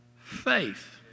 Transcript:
faith